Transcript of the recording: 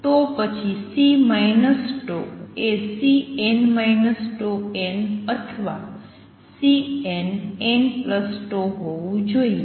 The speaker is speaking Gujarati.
તો પછી C τ એ Cn τn અથવા Cnnτ હોવું જોઈએ